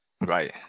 right